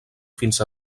fins